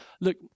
Look